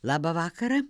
labą vakarą